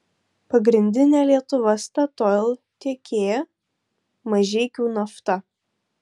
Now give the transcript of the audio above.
pagrindinė lietuva statoil tiekėja mažeikių nafta